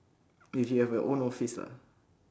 if you have your own office lah